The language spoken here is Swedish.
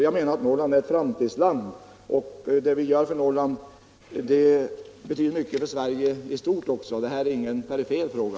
Jag anser att Norrland är ett framtidsland, och det vi gör för Norrland betyder mycket för Sverige i stort. Det här är ingen perifer fråga.